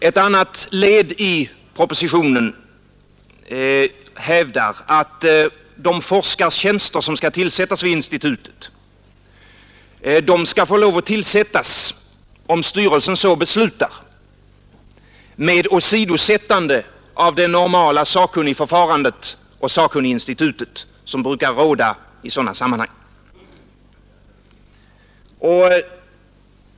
Ett annat led i propositionen hävdar att de forskartjänster vid institutet skall få tillsättas, om styrelsen så beslutar, med åsidosättande av det normala sakkunnigförfarande och sakkunniginstitut som brukar råda i sådana sammanhang.